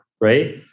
Right